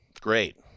Great